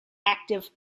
active